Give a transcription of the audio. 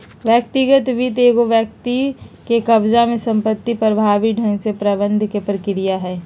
व्यक्तिगत वित्त एगो व्यक्ति के कब्ज़ा में संपत्ति प्रभावी ढंग से प्रबंधन के प्रक्रिया हइ